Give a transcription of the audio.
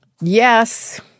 Yes